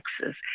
Texas